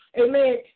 Amen